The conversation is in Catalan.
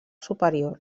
superior